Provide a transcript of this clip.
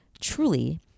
truly